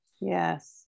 Yes